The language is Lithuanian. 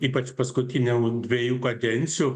ypač paskutinių dviejų kadencijų